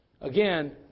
Again